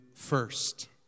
first